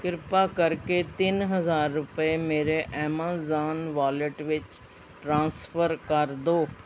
ਕਿਰਪਾ ਕਰਕੇ ਤਿੰਨ ਹਜ਼ਾਰ ਰੁਪਏ ਮੇਰੇ ਐਮਾਜ਼ਾਨ ਵਾਲੇਟ ਵਿੱਚ ਟ੍ਰਾਂਸਫਰ ਕਰ ਦਿਓ